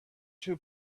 two